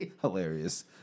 Hilarious